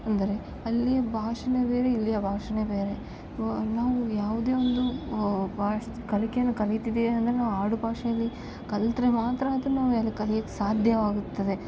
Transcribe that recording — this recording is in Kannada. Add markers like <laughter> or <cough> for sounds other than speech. ಅಂದರೆ ಅಲ್ಲಿಯ ಭಾಷೆ ಬೇರೆ ಇಲ್ಲಿಯ ಬಾಷೆ ಬೇರೆ ವ್ ನಾವು ಯಾವುದೇ ಒಂದು <unintelligible> ಕಲಿಕೆಯನ್ನು ಕಲಿತಿದ್ದಿವಿ ಅಂದರೆ ನಾವು ಆಡು ಭಾಷೆಯಲ್ಲಿ ಕಲಿತ್ರೇ ಮಾತ್ರ ಅದನ್ನು <unintelligible> ಕಲಿಯೋಕ್ ಸಾಧ್ಯವಾಗುತ್ತದೆ